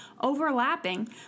overlapping